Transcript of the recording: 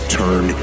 turn